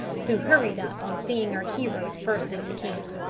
who hurried up on seeing our hero's burst into camp.